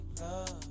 love